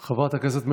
רשימת חברי הכנסת.